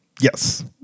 yes